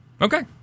Okay